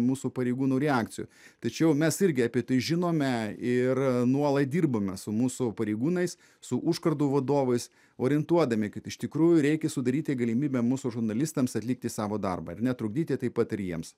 mūsų pareigūnų reakcijų tačiau mes irgi apie tai žinome ir nuolat dirbame su mūsų pareigūnais su užkardų vadovais orientuodami kad iš tikrųjų reikia sudaryti galimybę mūsų žurnalistams atlikti savo darbą ir netrukdyti taip pat ir jiems